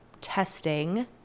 testing